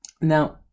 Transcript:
Now